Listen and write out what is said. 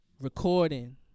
recording